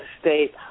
state